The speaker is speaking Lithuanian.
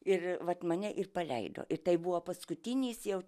ir vat mane ir paleido ir tai buvo paskutinis jau